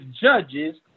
judges